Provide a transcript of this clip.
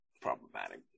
problematic